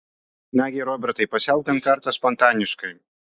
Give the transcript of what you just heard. nagi robertai pasielk bent kartą spontaniškai